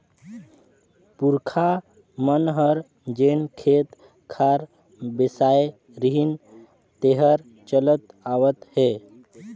पूरखा मन हर जेन खेत खार बेसाय रिहिन तेहर चलत आवत हे